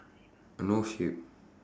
no sheep